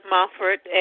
Mofford